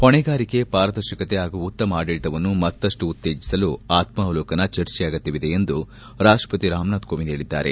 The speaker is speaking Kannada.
ಹೊಣೆಗಾರಿಕೆ ಪಾರದರ್ಶಕತೆ ಹಾಗೂ ಉತ್ತಮ ಆಡಳತವನ್ನು ಮತಷ್ಟು ಉತ್ತೇಜಸಲು ಆತ್ಸಾವಲೋಕನ ಚರ್ಚೆ ಅಗತ್ಯವಿದೆ ಎಂದು ರಾಷ್ಷಪತಿ ರಾಮನಾಥ್ ಕೋವಿಂದ್ ಹೇಳಿದ್ದಾರೆ